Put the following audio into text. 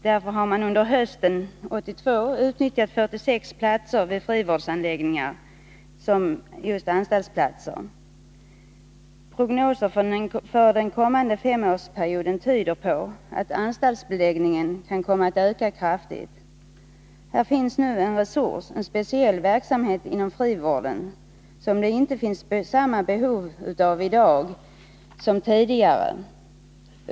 Därför har man under hösten 1982 utnyttjat 46 platser vid frivårdsanläggningar som just anstaltsplatser. Prognoser för den kommande femårsperioden tyder på att anstaltsbeläggningen kan komma att öka kraftigt. Här finns nu en resurs, en speciell verksamhet inom frivården, som man inte har samma behov av i dag som tidigare.